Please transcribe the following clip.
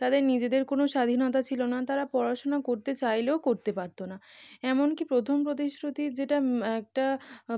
তাদের নিজেদের কোনো স্বাধীনতা ছিল না তারা পড়াশোনা করতে চাইলেও করতে পারত না এমনকি প্রথম প্রতিশ্রুতি যেটা একটা